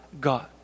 God